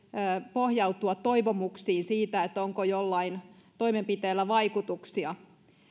pohjautua toivomuksiin siitä onko jollain toimenpiteellä vaikutuksia